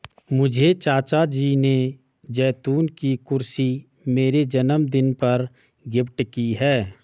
मुझे चाचा जी ने जैतून की कुर्सी मेरे जन्मदिन पर गिफ्ट की है